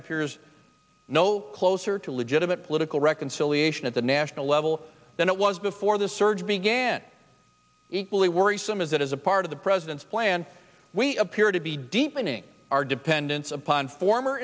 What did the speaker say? appears no closer to legitimate political reconciliation at the national level than it was before the surge began equally worrisome as it is a part of the president's plan we appear to be deepening our dependence upon former